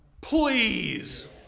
please